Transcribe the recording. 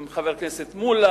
הרי בדיונים עם חבר הכנסת מולה,